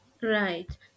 Right